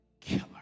killer